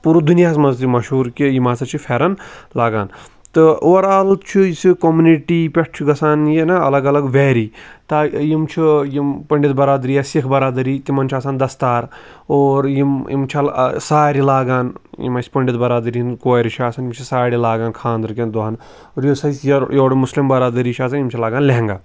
پوٗرٕ دُنیاہَس منٛز تہِ مشہوٗر کہِ یِم ہَسا چھِ پھٮ۪رَن لاگان تہٕ اوٚوَرآل چھُ یُس یہِ کوٚمنِٹی پٮ۪ٹھ چھُ گَژھان یہِ نہ الگ الگ ویری تا یِم چھِ یِم پٔنڈِت بَرادٔری یا سِکھ بَرادٔری تِمَن چھِ آسان دَستار اور یِم یِم چھا سارِ لاگان یِم اَسہِ پٔنٛڈِت بَرادٔری ہِنٛدۍ کورِ چھِ آسان یِم چھِ ساڑِ لاگان خانٛدرٕ کٮ۪ن دۄہَن اور یُس اَسہِ یورٕ یورٕ مُسلِم بَرادٔری چھِ آسان یِم چھِ لاگان لہنٛگا